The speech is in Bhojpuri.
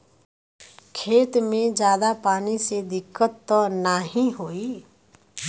खेत में ज्यादा पानी से दिक्कत त नाही होई?